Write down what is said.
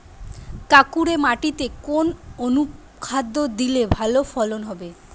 কাঁকুরে মাটিতে কোন অনুখাদ্য দিলে ভালো ফলন হবে?